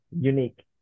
unique